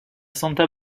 santa